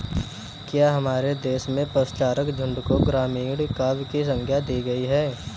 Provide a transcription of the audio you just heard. क्या हमारे देश में पशुचारक झुंड को ग्रामीण काव्य की संज्ञा दी गई है?